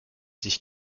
sich